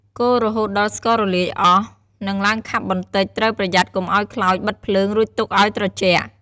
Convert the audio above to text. កូររហូតដល់ ស្កររលាយអស់ និងឡើងខាប់បន្តិច ត្រូវប្រយ័ត្នកុំឲ្យខ្លោច បិទភ្លើង រួចទុកឲ្យត្រជាក់។